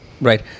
Right